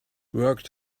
worked